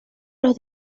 los